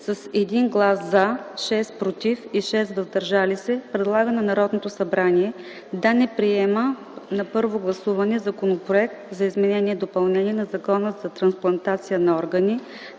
с 1 глас „за”, 6 „против” и 6 „въздържали се” предлага на Народното събрание да не приема на първо гласуване Законопроект за изменение и допълнение на Закона за трансплантация на органи,